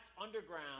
underground